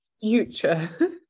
Future